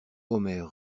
omer